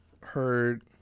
heard